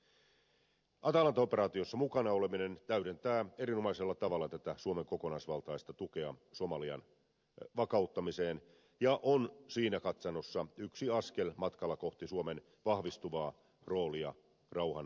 atalanta operaatiossa mukana oleminen täydentää erinomaisella tavalla tätä suomen kokonaisvaltaista tukea somalian vakauttamiseen ja on siinä katsannossa yksi askel matkalla kohti suomen vahvistuvaa roolia rauhanvälityksessä